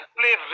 play